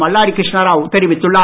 மல்லாடி கிருஷ்ணராவ் தெரிவித்துள்ளார்